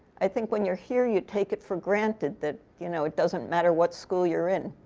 i think when you're here, you take it for granted that you know it doesn't matter what school you're in.